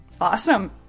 Awesome